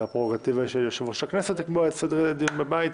וזו הפררוגטיבה של יושב-ראש הכנסת לקבוע את סדרי הדיון בבית.